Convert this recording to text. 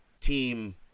team